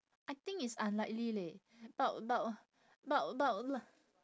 I think it's unlikely leh but but but but